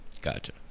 Gotcha